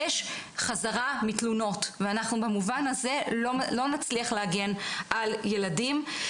יש חזרה מתלונות ואנחנו במובן הזה לא נצליח להגן על ילדים.